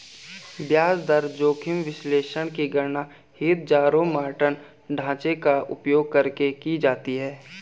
ब्याज दर जोखिम विश्लेषण की गणना हीथजारोमॉर्टन ढांचे का उपयोग करके की जाती है